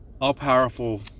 all-powerful